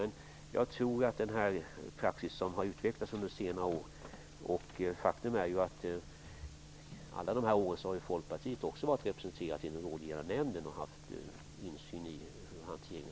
Men det har utvecklats en praxis under senare år. Faktum är att Folkpartiet har varit representerat under alla år i den rådgivande nämnden och haft insyn i hanteringen.